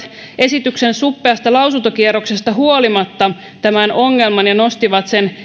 esityksen suppeasta lausuntokierroksesta huolimatta tämän ongelman ja nostivat sen